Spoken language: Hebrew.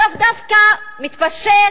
הרוב דווקא מתפשט